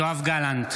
יואב גלנט,